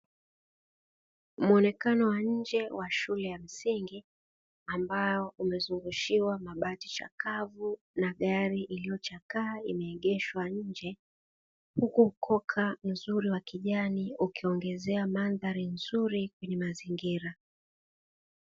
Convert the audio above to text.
Muonekano wa nje wa shule ya msingi, ambao umezungushiwa mabati chakavu na gari iliyo chakaa imeegeshwa nje, huku ukoka mzuri wa kijani ukiongezea mandhari nzuri kwenye mazingira.